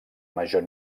major